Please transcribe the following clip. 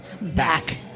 back